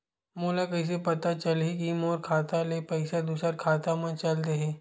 मोला कइसे पता चलही कि मोर खाता ले पईसा दूसरा खाता मा चल देहे?